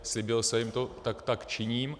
Slíbil jsem jim to, tak tak činím.